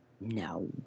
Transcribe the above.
No